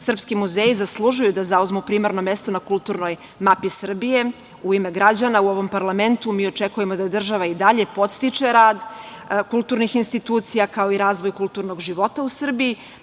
zapad. Srpski muzeji zaslužuju da zauzmu primarno mesto na kulturnoj mapi Srbije. U ime građana u ovom parlamentu, mi očekujemo da država i dalje podstiče rad kulturnih institucija, kao i razvoj kulturnog života u Srbiji,